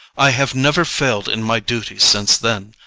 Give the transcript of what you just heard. i have never failed in my duty since then.